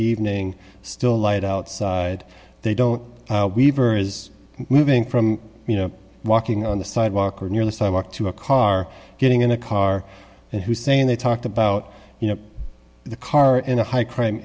evening still light outside they don't weaver is moving from you know walking on the sidewalk or nearly so i walk to a car getting in a car and hussein they talked about you know the car in a high crime